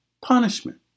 punishment